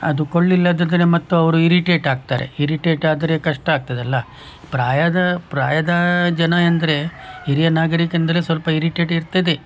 ಅದು ಕೊಡಲಿಲ್ಲದಿದ್ರೆ ಮತ್ತು ಅವರು ಇರಿಟೇಟ್ ಆಗ್ತಾರೆ ಇರಿಟೇಟ್ ಆದರೆ ಕಷ್ಟ ಆಗ್ತದಲ್ಲ ಪ್ರಾಯದ ಪ್ರಾಯದ ಜನ ಎಂದರೆ ಹಿರಿಯ ನಾಗರಿಕ ಎಂದರೆ ಸ್ವಲ್ಪ ಇರಿಟೇಟ್ ಇರ್ತದೆ